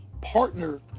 partner